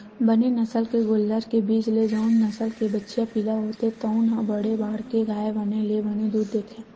बने नसल के गोल्लर के बीज ले जउन नसल के बछिया पिला होथे तउन ह बड़े बाड़के गाय बने ले बने दूद देथे